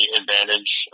advantage